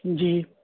جی